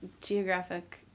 Geographic